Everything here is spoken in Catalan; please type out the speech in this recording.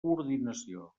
coordinació